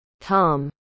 Tom